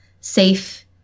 safe